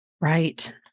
Right